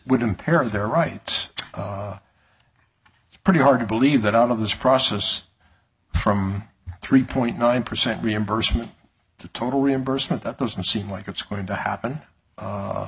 would impair their rights it's pretty hard to believe that out of this process from three point nine percent reimbursement to total reimbursement that doesn't seem like it's going to happen